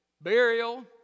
burial